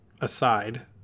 aside